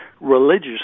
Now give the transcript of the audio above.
religious